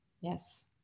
Yes